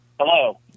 Hello